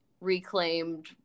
reclaimed